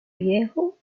viejo